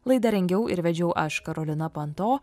laidą rengiau ir vedžiau aš karolina panto